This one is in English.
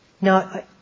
Now